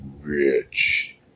rich